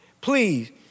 Please